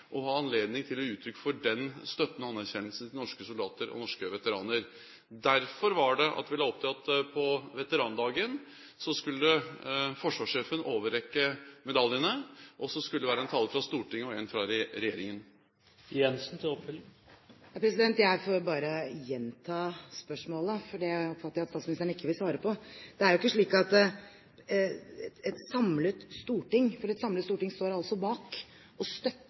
ha anledning til å gi uttrykk for den støtten og anerkjennelsen til norske soldater og norske veteraner. Derfor var det vi la opp til at på veterandagen skulle forsvarssjefen overrekke medaljene, og at det skulle være en tale fra Stortinget, og en fra regjeringen. Jeg får bare gjenta spørsmålet, for det oppfatter jeg at statsministeren ikke vil svare på. Et samlet storting står altså bak og støtter våre soldater, som er i tjeneste for Norge. Det står ikke i veien for at